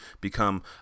become